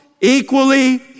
equally